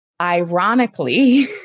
ironically